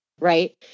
Right